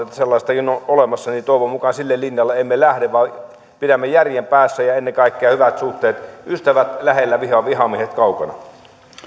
että sellaistakin on olemassa toivon mukaan emme lähde vaan pidämme järjen päässä ja ennen kaikkea hyvät suhteet ystävät lähellä vihamiehet kaukana